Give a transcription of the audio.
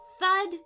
Thud